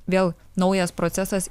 vėl naujas procesas